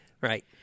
right